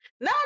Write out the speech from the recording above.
No